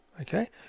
okay